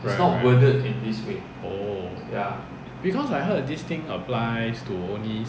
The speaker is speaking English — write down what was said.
right right oh because I heard this thing applies to only